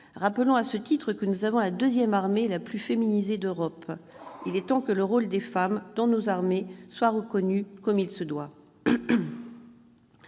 Rappelons, à ce titre, que nous avons la deuxième armée la plus féminisée d'Europe ! Il est temps que le rôle des femmes dans nos armées soit reconnu comme il se doit.